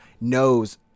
knows